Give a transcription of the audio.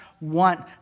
want